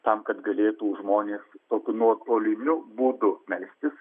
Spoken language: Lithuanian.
tam kad galėtų žmonės tokiu nuotoliniu būdu melstis